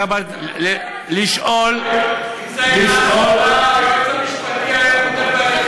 אני רק בא לשאול, עלית להסביר אותה.